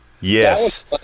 Yes